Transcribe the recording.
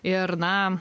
ir na